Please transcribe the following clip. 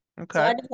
Okay